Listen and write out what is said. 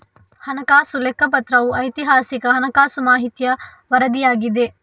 ಹಣಕಾಸು ಲೆಕ್ಕಪತ್ರವು ಐತಿಹಾಸಿಕ ಹಣಕಾಸು ಮಾಹಿತಿಯ ವರದಿಯಾಗಿದೆ